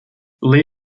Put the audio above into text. lee